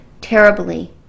terribly